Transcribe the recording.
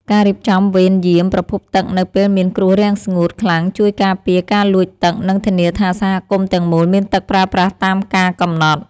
ការរៀបចំវេនយាមប្រភពទឹកនៅពេលមានគ្រោះរាំងស្ងួតខ្លាំងជួយការពារការលួចទឹក និងធានាថាសហគមន៍ទាំងមូលមានទឹកប្រើប្រាស់តាមការកំណត់។